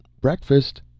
Breakfast